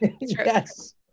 yes